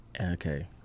Okay